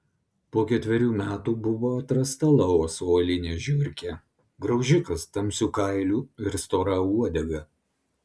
po ketverių metų buvo atrasta laoso uolinė žiurkė graužikas tamsiu kailiu ir stora uodega